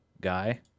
guy